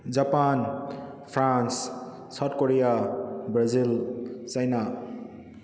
Japan France South Korea Brazil China